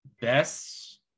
best